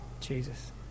Jesus